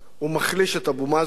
ומחליש את אבו מאזן,